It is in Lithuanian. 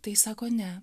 tai jis sako ne